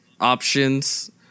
options